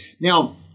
Now